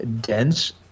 dense